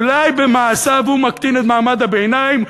אולי במעשיו הוא מקטין את מעמד הביניים,